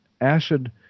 acid